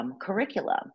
Curriculum